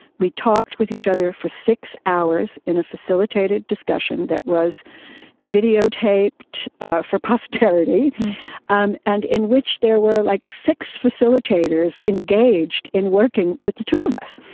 we talked with each other for six hours in a facilitated discussion that was videotaped for posterity and and in which there were like six facilitators engaged in working with the two of us,